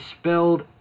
spelled